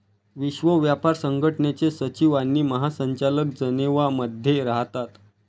विश्व व्यापार संघटनेचे सचिव आणि महासंचालक जनेवा मध्ये राहतात